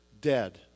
dead